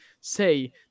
say